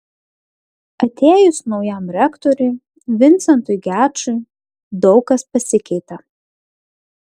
atėjus naujam rektoriui vincentui gečui daug kas pasikeitė